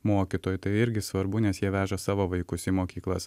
mokytojų tai irgi svarbu nes jie veža savo vaikus į mokyklas